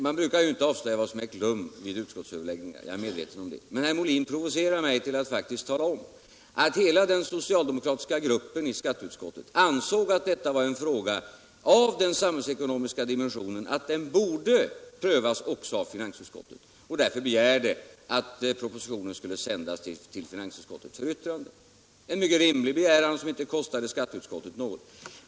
Man brukar inte avslöja vad som ägt rum vid utskottsöverläggningar, jag är medveten om det, men herr Molin provocerar mig till att tala om att hela den socialdemokratiska gruppen i skatteutskottet ansåg att detta var en fråga av sådan samhällsekonomisk dimension att den borde prövas också av finansutskottet, och begärde därför att propositionen skulle sändas till finansutskottet för yttrande, en mycket rimlig begäran som inte kostade skatteutskottet något.